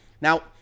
Now